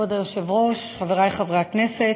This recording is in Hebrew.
כבוד היושב-ראש, חברי חברי הכנסת,